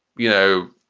you know,